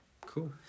Cool